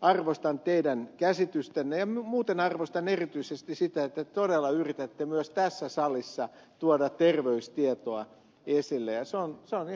arvostan teidän käsitystänne ja muuten arvostan erityisesti sitä että te todella yritätte myös tässä salissa tuoda terveystietoa esille ja se on ihan paikallaan